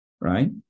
right